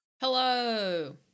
Hello